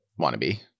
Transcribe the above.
wannabe